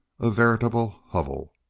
a veritable hovel.